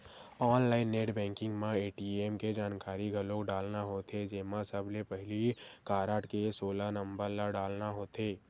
online net banking म ATM के जानकारी घलोक डालना होथे जेमा सबले पहिली कारड के सोलह नंबर ल डालना होथे